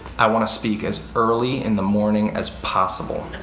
i want to speak as early in the morning as possible.